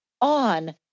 on